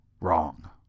wrong